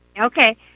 Okay